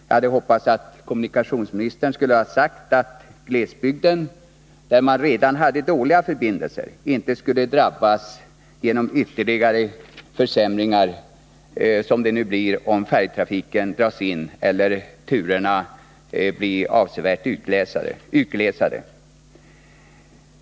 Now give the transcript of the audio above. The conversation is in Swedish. Jag hade hoppats att kommunikationsministern skulle ha sagt att glesbygden — där man redan har dåliga förbindelser — inte skulle drabbas genom ytterligare försämringar, som det blir om färjetrafiken dras in eller turerna blir avsevärt utglesade.